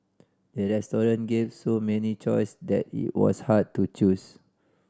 the restaurant gave so many choice that it was hard to choose